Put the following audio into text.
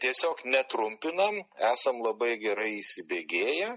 tiesiog netrumpiname esam labai gerai įsibėgėję